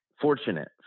fortunate